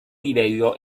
livello